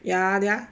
ya lah